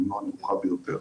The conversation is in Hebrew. אולי הנמוכה ביותר.